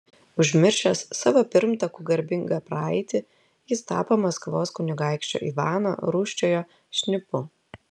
užmiršęs savo pirmtakų garbingą praeitį jis tapo maskvos kunigaikščio ivano rūsčiojo šnipu